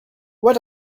what